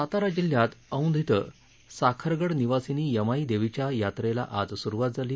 सातारा जिल्ह्यात औंध इथं साखरगड निवासिनी यमाई देवीच्या यात्रेला आज सुरुवात झाली